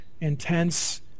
intense